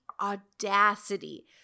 audacity